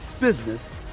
business